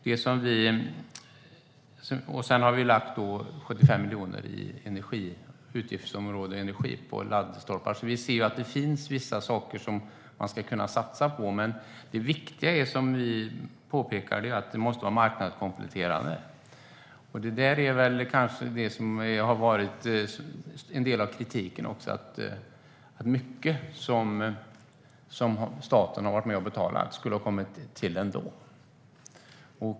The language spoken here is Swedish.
Sedan har vi lagt 75 miljarder inom utgiftsområdet Energi på laddstolpar. Vi ser att det finns vissa saker som man ska kunna satsa på. Men det viktiga är, som vi påpekar, att det måste vara marknadskompletterande. Det är väl kanske det som en del av kritiken har gällt, att mycket av det som staten har varit med och betalat skulle ha kommit till ändå.